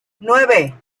nueve